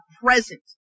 present